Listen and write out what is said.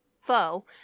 foe